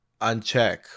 uncheck